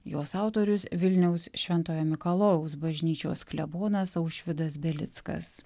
jos autorius vilniaus šventojo mikalojaus bažnyčios klebonas aušvydas belickas